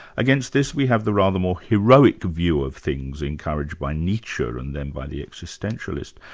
against this we have the rather more heroic view of things, encouraged by nietzsche and then by the existentialists.